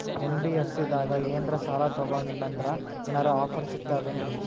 NBFC ದಾಗ ಏನ್ರ ಸಾಲ ತೊಗೊಂಡ್ನಂದರ ಏನರ ಆಫರ್ ಸಿಗ್ತಾವೇನ್ರಿ?